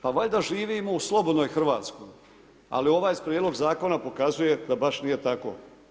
Pa valjda živimo u slobodnoj Hrvatskoj, ali ovaj prijedlog zakona pokazuje da baš nije tako.